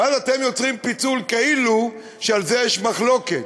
ואז אתם יוצרים פיצול, כאילו שעל זה יש מחלוקת.